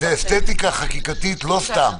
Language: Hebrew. אין שום --- זו אסתטיקה חקיקתית לא סתם.